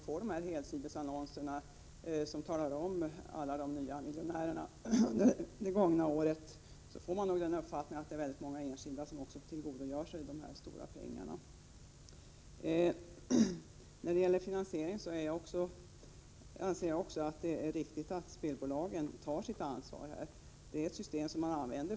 Av de helsidesannonser där det talas om de nya miljonärerna det gångna året får man den uppfattningen att även väldigt många enskilda kunnat tillgodogöra sig dessa stora pengar. När det gäller finansieringen av samhälleliga åtgärder anser jag också att det är riktigt att spelbolagen tar sitt ansvar.